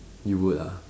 you would ah